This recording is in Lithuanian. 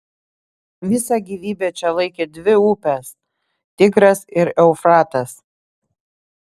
visą gyvybę čia laikė dvi upės tigras ir eufratas